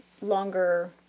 longer